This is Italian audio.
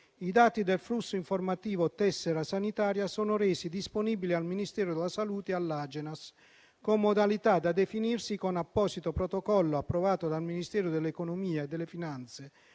i dati del flusso informativo "tessera sanitaria" sono resi disponibili al Ministero della salute e all'Agenas con modalità da definirsi con apposito protocollo, approvato dal Ministero dell'economia e delle finanze